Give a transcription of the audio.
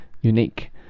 unique